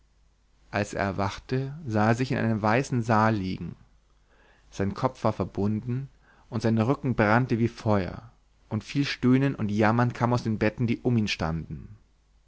als er erwachte sah er sich in einem weißen saal liegen sein kopf war verbunden und sein rücken brannte wie feuer und viel stöhnen und jammern kam aus den betten die um ihn standen